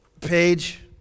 Page